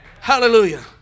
Hallelujah